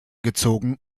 gezogen